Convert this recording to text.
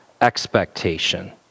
expectation